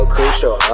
Crucial